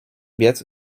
biec